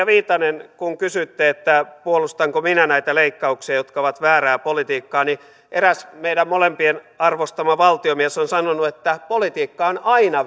viitanen kun kysyitte puolustanko minä näitä leikkauksia jotka ovat väärää politiikkaa niin eräs meidän molempien arvostama valtiomies on sanonut että politiikka on aina